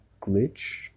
glitch